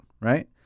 right